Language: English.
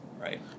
right